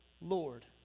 Lord